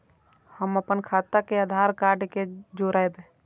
हम अपन खाता के आधार कार्ड के जोरैब?